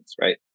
right